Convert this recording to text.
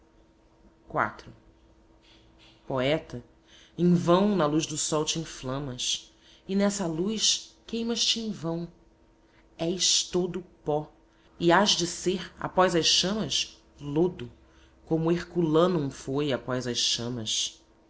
ferros poeta em vão na luz do sol te inflamas e nessa luz queimas te em vão és todo pó e hás de ser após as chamas lodo como herculanum foi após as chamas